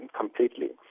completely